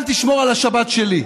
אל תשמור על השבת שלי,